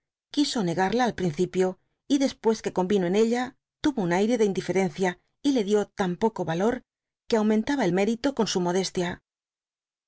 quiso negarla al principio y después que convino en ella tomó un ayre de indiferencia y le dio tan poco valor que aumentaba c mérito con su modestia